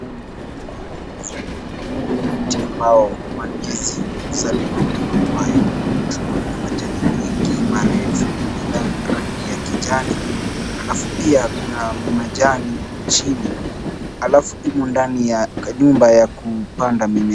Huu ni mgomba wa ndizi, huu ni mti ambao mandizi huzaliwa kutoka kwayo. Tunaona ina majani mengi marefu yenye rangi ya kijani, halafu pia kuna majani huku chini. Halafu imo ndani ya kanyumba ya kupanda mimea.